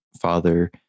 father